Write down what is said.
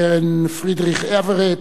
קרן פרידריך אברט,